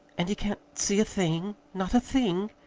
and he can't see a thing not a thing?